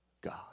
God